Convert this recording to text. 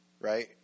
right